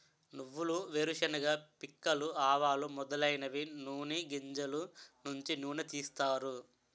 నువ్వులు వేరుశెనగ పిక్కలు ఆవాలు మొదలైనవి నూని గింజలు నుంచి నూనె తీస్తారు